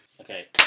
Okay